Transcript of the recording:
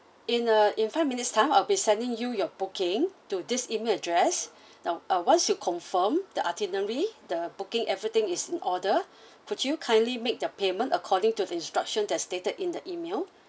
in a in five minutes time I'll be sending you your booking to this email address uh uh once you confirm the itinerary the booking everything is in order could you kindly make the payment according to instruction that stated in the email